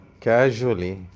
casually